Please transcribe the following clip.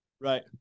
Right